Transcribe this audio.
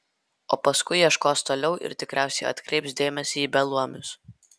o paskui ieškos toliau ir tikriausiai atkreips dėmesį į beluomius